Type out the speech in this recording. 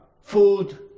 food